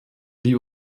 die